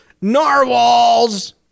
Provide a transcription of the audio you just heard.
narwhals